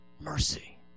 Mercy